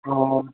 और